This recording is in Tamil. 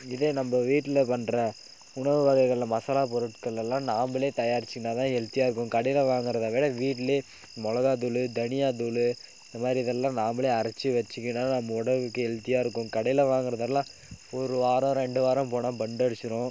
இதே நம்ம வீட்டில் பண்ற உணவு வகைகளில் மசாலா பொருட்கள் எல்லாம் நாமளே தயாரிச்சிருந்தால் தான் ஹெல்த்தியாக இருக்கும் கடையில் வாங்கறதை விட வீட்டில் மிளகாத்தூளு தனியாத்தூள் இந்த மாதிரி இதெல்லாம் நாமளே அரைச்சி வச்சிக்கின்னால் நம் உடம்புக்கு ஹெல்த்தியாக இருக்கும் கடையில் வாங்கிறதெல்லாம் ஒரு வாரம் ரெண்டு வாரம் போனால் வண்டடிச்சிடும்